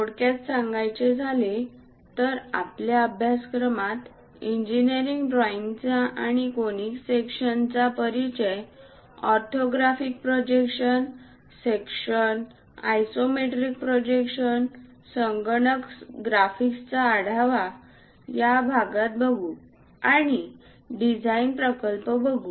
थोडक्यात सांगायचे झाले तर आपल्या अभ्यासक्रमात इंजिनिअरिंग ड्रॉइंगचा आणि कोनिक सेक्शन्स चा परिचय orthographic projection section isometric projection संगणक ग्राफिक्सचा आढावा या भागात बघू आणि डिझाईन प्रकल्प बघू